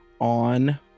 on